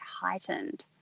heightened